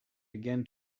began